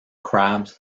crabs